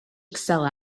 excel